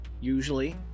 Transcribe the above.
usually